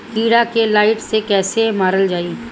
कीड़ा के लाइट से कैसे मारल जाई?